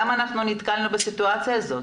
למה נתקלנו בסיטואציה הזאת?